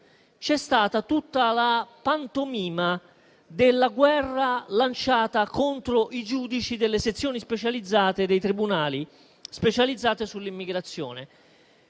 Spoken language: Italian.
c'è stata tutta la pantomima della guerra lanciata contro i giudici delle sezioni dei tribunali specializzate sull'immigrazione.